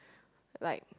like